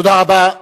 תודה רבה.